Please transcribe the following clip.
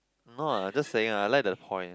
not I just saying I like the point